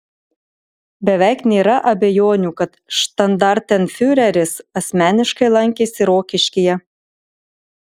beveik nėra abejonių kad štandartenfiureris asmeniškai lankėsi rokiškyje